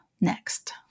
next